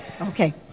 Okay